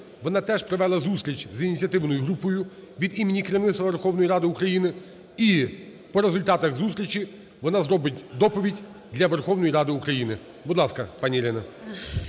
вона теж провела зустріч з ініціативною групою від імені керівництва Верховної Ради України. І по результатах зустрічі вона зробить доповідь для Верховної Ради України. Будь ласка, пані Ірина.